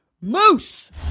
Moose